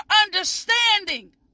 understanding